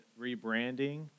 rebranding